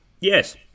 Yes